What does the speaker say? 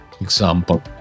example